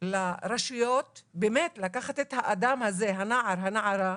לרשויות לקחת את האדם הזה, הנער או הנערה,